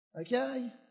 Okay